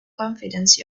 confidence